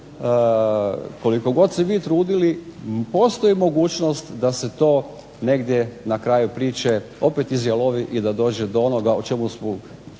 koliko god se vi trudili postoji mogućnost da se to negdje na kraju priče opet izjalovi i da dođe do onoga o čemu smo